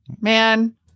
man